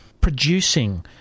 producing